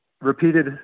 repeated